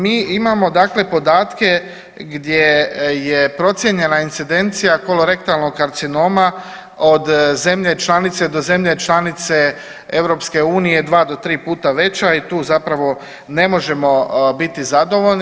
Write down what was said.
Mi imamo, dakle podatke gdje je procijenjena incidencija kolorektalnog karcinoma od zemlje članice do zemlje članice EU dva do tri puta veća i tu zapravo ne možemo biti zadovoljni.